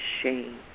shame